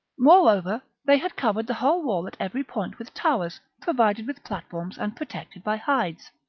moreover, they had covered the whole wall at every point with towers, provided with platforms, and protected by hides.